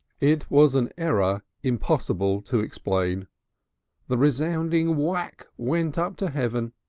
it was an error impossible to explain the resounding whack went up to heaven,